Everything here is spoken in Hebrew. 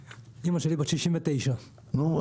אימא שלי בת 69. נו,